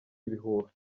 ibihuha